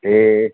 ए